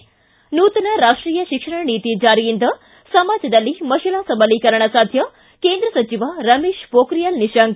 ಿ ನೂತನ ರಾಷ್ಷೀಯ ಶಿಕ್ಷಣ ನೀತಿ ಜಾರಿಯಿಂದ ಸಮಾಜದಲ್ಲಿ ಮಹಿಳಾ ಸಬಲೀಕರಣ ಸಾಧ್ಯ ಕೇಂದ್ರ ಸಚಿವ ರಮೇಶ್ ಮೋಖ್ರಿಯಾಲ್ ನಿಶಾಂಕ್